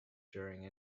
during